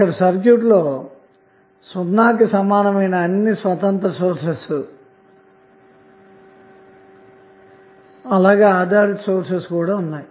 ఇక్కడ సర్క్యూట్ లో సున్నాకి సమానమైన అన్ని స్వతంత్ర సోర్సెస్ అలాగే ఆధారిత సోర్సెస్ కూడా ఉన్నాయి